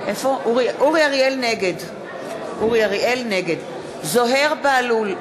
נגד זוהיר בהלול,